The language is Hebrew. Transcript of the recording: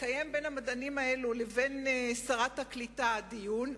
התקיים בין המדענים האלו לבין שרת הקליטה דיון,